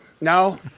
No